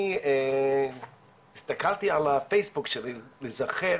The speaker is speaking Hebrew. אני הסתכלתי על הפייסבוק שלי להיזכר